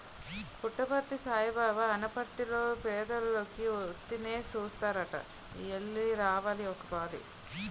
పుట్టపర్తి సాయిబాబు ఆసపత్తిర్లో పేదోలికి ఉత్తినే సూస్తారట ఎల్లి రావాలి ఒకపాలి